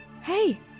Hey